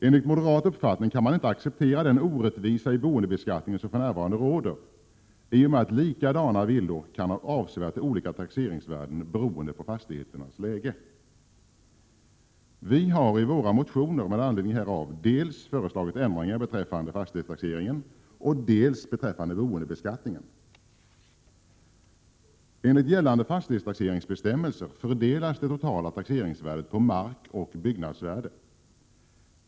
Enligt moderat uppfattning kan man inte acceptera den orättvisa i boendebeskattningen som för närvarande råder, i och med att likadana villor kan ha avsevärt olika taxeringsvärden beroende på fastigheternas läge. Vi har i våra motioner med anledning härav föreslagit ändringar dels beträffande fastighetstaxeringen, dels beträffande boendebeskattningen. Enligt gällande fastighetstaxeringsbestämmelser fördelas det totala taxeringsvärdet på markoch byggnadsvärde.